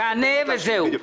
תענה וזהו.